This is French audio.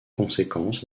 conséquence